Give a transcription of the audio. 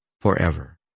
forever